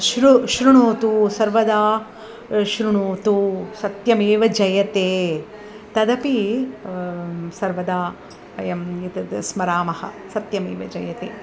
श्रु श्रुणोतु सर्वदा श्रुणोतु सत्यमेव जयते तदपि सर्वदा वयम् एतद् स्मरामः सत्यमेव जयते